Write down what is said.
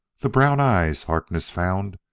the brown eyes, harkness found,